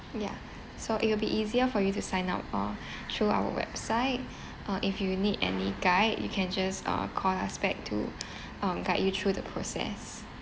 ya so it will be easier for you to sign up uh through our website uh if you need any guide you can just uh call us back to um guide you through the process